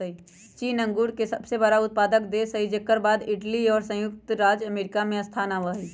चीन अंगूर के सबसे बड़ा उत्पादक देश हई जेकर बाद इटली और संयुक्त राज्य अमेरिका के स्थान आवा हई